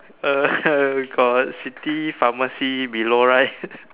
uh got city pharmacy below right